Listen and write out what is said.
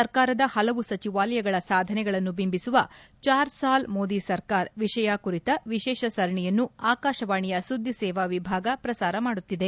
ಸರ್ಕಾರದ ಹಲವಾರು ಸಚಿವಾಲಯಗಳ ಸಾಧನೆಗಳನ್ನು ಬಿಂಬಿಸುವ ಚಾರ್ ಸಾಲ್ ಮೋದಿ ಸರ್ಕಾರ್ ವಿಷಯ ಕುರಿತ ವಿಶೇಷ ಸರಣಿಯನ್ನು ಆಕಾಶವಾಣಿಯ ಸುದ್ದಿಸೇವಾ ವಿಭಾಗ ಪ್ರಸಾರ ಮಾಡುತ್ತಿದೆ